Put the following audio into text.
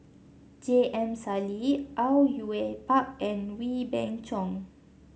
J M Sali Au Yue Pak and Wee Beng Chong